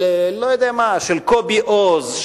של קובי אוז,